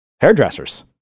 hairdressers